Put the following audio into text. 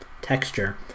texture